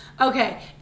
Okay